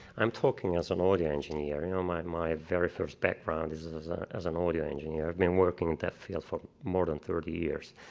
i'm talking as an audio engineer. you know my and my very first background is and as as an audio engineer. i've been working in that field for more than thirty years